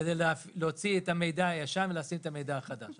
כדי להוציא את המידע הישן ולשים את המידע החדש.